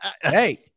hey